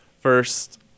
first